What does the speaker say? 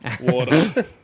water